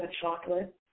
chocolate